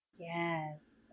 Yes